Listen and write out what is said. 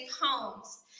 homes